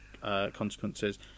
consequences